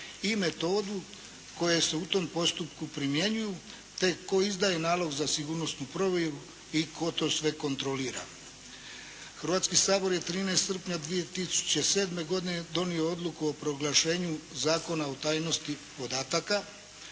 i metodu koje se u tom postupku primjenjuju, te tko izdaje nalog za sigurnosnu provjeru i tko to sve kontrolira. Hrvatski sabor je 13. srpnja 2007. godine donio Odluku o proglašenju Zakona o tajnosti podataka.